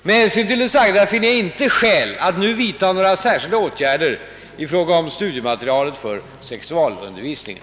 Med hänsyn till det sagda finner jag inte skäl att nu vidta några särskilda åtgärder i fråga om studiematerialet för sexualundervisningen.